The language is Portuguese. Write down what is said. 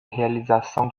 realização